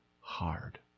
hard